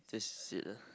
that's it ah